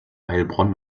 heilbronn